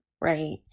right